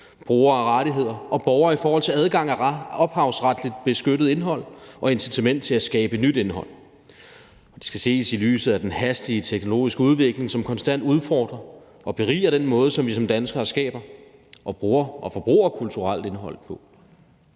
brugere af rettigheder og borgere i forhold til adgang til ophavsretligt beskyttet indhold og incitament til at skabe nyt indhold. Det skal ses i lyset af den hastige teknologiske udvikling, som konstant udfordrer og beriger den måde, som vi som danskere skaber og bruger og forbruger kulturelt indhold på.